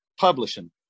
publishing